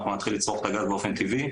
אנחנו נתחיל לצרוך את הגז באופן טבעי.